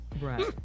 Right